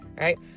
right